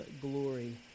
glory